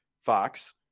Fox